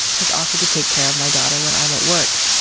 has offered to take care of my daughter when i'm at work.